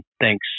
thanks